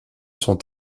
sont